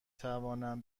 توانم